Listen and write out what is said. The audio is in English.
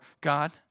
God